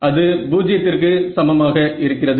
அது பூஜ்யத்திற்கு சமமாக இருக்கிறது